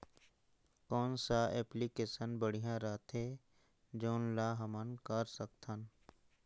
कौन सा एप्लिकेशन बढ़िया रथे जोन ल हमन कर सकथन?